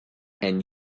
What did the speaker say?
and